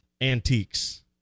antiques